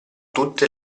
tutte